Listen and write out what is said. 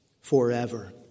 forever